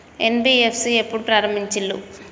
NBFC ఎప్పుడు ప్రారంభించిల్లు?